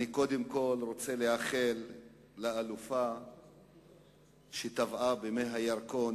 אני קודם כול רוצה לאחל לאלופה שטבעה במי הירקון,